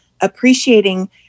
appreciating